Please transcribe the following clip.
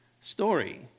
story